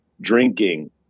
drinking